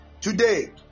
today